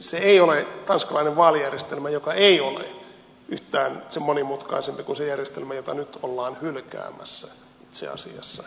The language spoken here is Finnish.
se ei ole tanskalainen vaalijärjestelmä joka ei ole yhtään sen monimutkaisempi kuin se järjestelmä jota nyt ollaan hylkäämässä itse asiassa